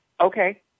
okay